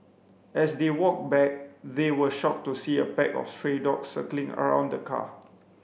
as they walked back they were shocked to see a pack of stray dogs circling around the car